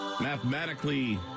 mathematically